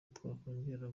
twakongera